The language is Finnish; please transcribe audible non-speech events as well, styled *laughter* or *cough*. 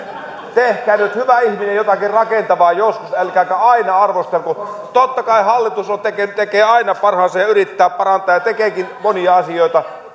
tehkää nyt hyvä ihminen jotakin rakentavaa joskus älkääkä aina arvostelko totta kai hallitus tekee aina parhaansa ja yrittää parantaa ja tekeekin monia asioita *unintelligible*